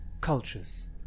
cultures